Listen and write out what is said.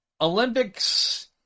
Olympics